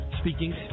speaking